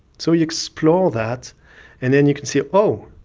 so you explore that and then you can see, oh,